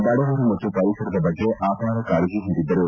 ಬಡವರು ಮತ್ತು ಪರಿಸರದ ಬಗ್ಗೆ ಅಪಾರ ಕಾಳಜಿ ಹೊಂದಿದ್ದರು